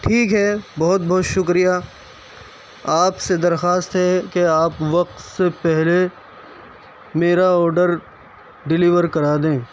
ٹھیک ہے بہت بہت شکریہ آپ سے درخواست ہے کہ آپ وقت سے پہلے میرا آرڈر ڈلیور کرا دیں